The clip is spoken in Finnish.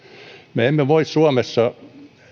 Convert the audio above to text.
me emme voi suomessa